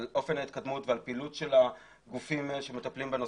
על אופן ההתקדמות ועל הפעילות של הגופים שמטפלים בנושא,